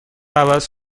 عوض